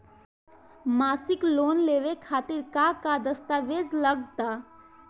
मसीक लोन लेवे खातिर का का दास्तावेज लग ता?